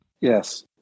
Yes